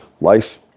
life